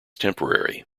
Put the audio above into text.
temporary